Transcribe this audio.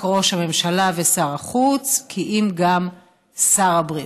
ראש הממשלה ושר החוץ כי אם גם שר הבריאות.